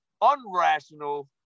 unrational